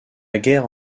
guerre